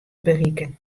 berikken